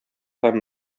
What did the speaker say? һәм